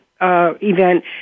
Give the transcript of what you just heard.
event